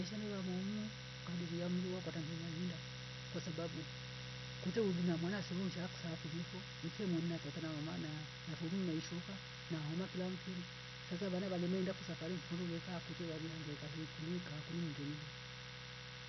Esha gewa moumo kaderia mli wakatwala ndula henda kwasabau kute uli na mwana sewosha ksa kulifo mfe muni na tata na mamana nafu mmeishoka na homa kila mfiri sasa baada bale meinda fo safiri mfuruwe weka akute bali hangika sei kurika kunu mndenivo